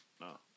No